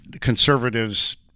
conservatives –